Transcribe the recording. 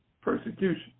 persecution